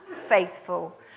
faithful